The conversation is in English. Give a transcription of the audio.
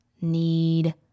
need